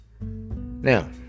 Now